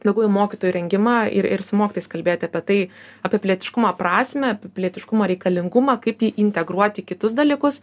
daugiau į mokytojų rengimą ir ir su mokytojais kalbėti apie tai apie pilietiškumo prasmę apie pilietiškumo reikalingumą kaip jį integruot į kitus dalykus